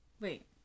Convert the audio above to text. wait